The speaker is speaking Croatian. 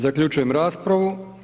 Zaključujem raspravu.